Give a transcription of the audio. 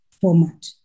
format